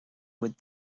with